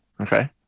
okay